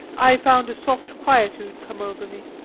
i found a soft quietude come over me.